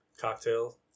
Cocktail